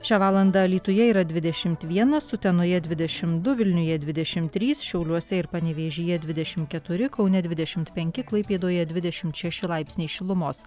šią valandą alytuje yra dvidešimt vienas utenoje dvidešimt du vilniuje dvidešimt trys šiauliuose ir panevėžyje dvidešimt keturi kaune dvidešimt penki klaipėdoje dvidešimt šeši laipsniai šilumos